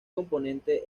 componente